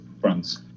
France